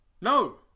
No